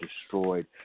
destroyed